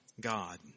God